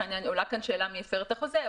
עולה כאן שאלה מי הפר את החוזה.